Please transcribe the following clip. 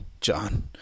John